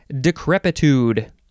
Decrepitude